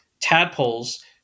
Tadpoles